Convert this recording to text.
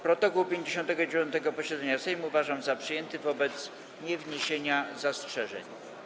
Protokół 59. posiedzenia Sejmu uważam za przyjęty wobec niewniesienia zastrzeżeń.